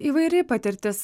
įvairi patirtis